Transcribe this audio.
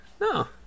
No